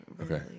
Okay